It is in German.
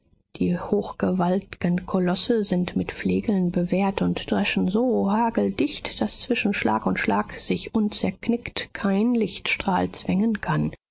die hochgewaltigen kolosse sind mit flegeln bewehrt und dreschen so hageldicht daß zwischen schlag und schlag sich unzerknickt kein lichtstrahl zwängen kann